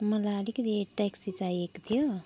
मलाई अलिकति ट्याक्सी चाहिएको थियो